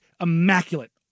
immaculate